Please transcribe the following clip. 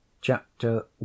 Chapter